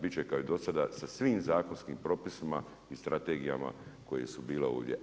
Bit će kao i do sada sa svim zakonskim propisima i strategijama koje su bile ovdje.